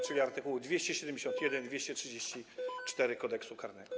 czyli art. 271, 234 Kodeksu karnego.